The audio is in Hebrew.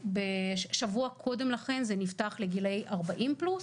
שבוע קודם לכן זה נפתח לגילאי 40 פלוס,